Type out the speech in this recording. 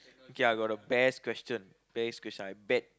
okay I got the best question best question I bet